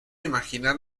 imaginar